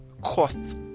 costs